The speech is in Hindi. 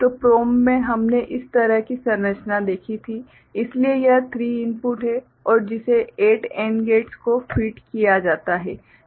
तो PROM में हमने इस तरह की संरचना देखी थी इसलिए यह 3 इनपुट है और जिसे 8 AND गेट्स को फीड किया जाता है